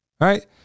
Right